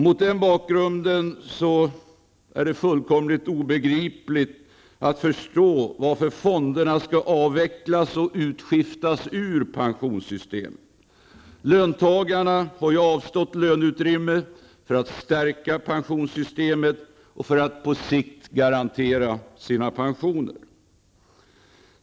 Mot den bakgrunden är det fullkomligt obegripligt varför fonderna skall avvecklas och utskiftas ur pensionssystemet. Löntagarna har avstått löneutrymme för att stärka pensionssystemet och för att på sikt garantera sina pensioner.